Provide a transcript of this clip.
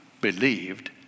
believed